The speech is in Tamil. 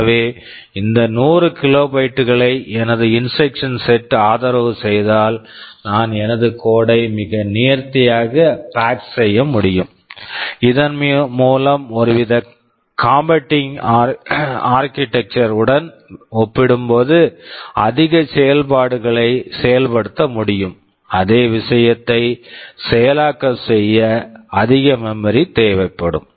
எனவே இந்த 100 கிலோபைட்டு kilobytes களை எனது இன்ஸ்ட்ரக்க்ஷன் செட் instruction set ஆதரவு செய்தால் நான் எனது கோட் code ஐ மிக நேர்த்தியாக பேக் packசெய்ய முடியும் இதன் மூலம் ஒருவித காம்பிடிங் ஆர்க்கிடெக்சர் competing architecture உடன் ஒப்பிடும் போது அதிக செயல்பாடுகளை செயல்படுத்த முடியும் அதே விஷயத்தை செயலாக்கம் செய்ய அதிக மெமரி memory தேவைப்படும்